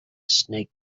snake